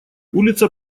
улица